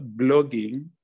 blogging